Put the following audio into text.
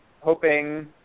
hoping